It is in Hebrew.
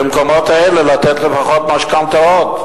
ובמקומות האלה לתת לפחות משכנתאות.